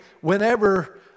whenever